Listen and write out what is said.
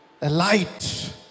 alight